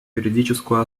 юридическую